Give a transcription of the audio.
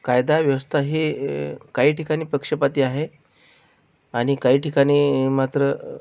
कायदा व्यवस्था ही काही ठिकाणी पक्षपाती आहे आणि काही ठिकाणी मात्र